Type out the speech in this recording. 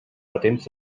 patents